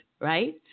right